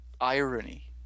Irony